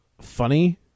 funny